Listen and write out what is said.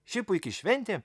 ši puiki šventė